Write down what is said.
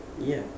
ya